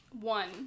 One